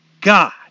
God